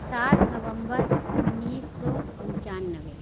سات نومبر اُنیس سو پچانوے